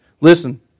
Listen